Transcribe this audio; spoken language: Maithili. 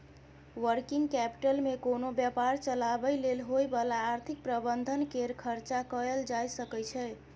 वर्किंग कैपिटल मे कोनो व्यापार चलाबय लेल होइ बला आर्थिक प्रबंधन केर चर्चा कएल जाए सकइ छै